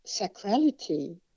sacrality